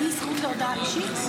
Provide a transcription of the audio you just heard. אין לי זכות להודעה אישית?